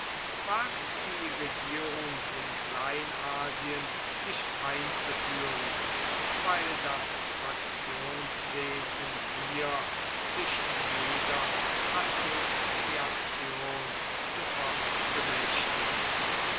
wagt die regierung in kleinasien nicht einzuführen weil das faktionswesen hier sich jeder assoziation sofort bemächtigt